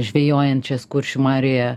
žvejojančias kuršių marioje